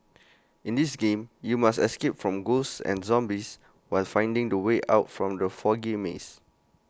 in this game you must escape from ghosts and zombies while finding the way out from the foggy maze